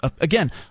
again